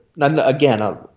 again